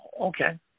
Okay